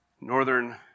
northern